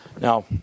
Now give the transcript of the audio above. Now